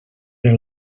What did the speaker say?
per